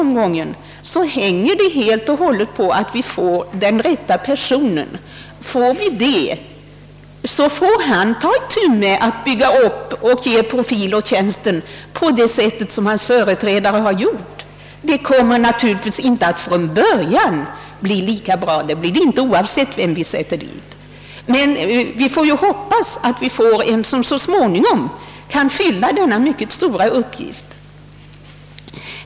Men det hänger helt och hållet på att vi får den rätta personen. Får vi det, så får han ta itu med att bygga upp och ge profil åt tjänsten på samma sätt som hans företrädare har gjort. Det kommer naturligtvis inte att från början bli lika bra som det varit; det blir det inte vem vi än tillsätter. Men vi får hoppas att vi får någon som så småningom kan fylla denna mycket stora uppgift.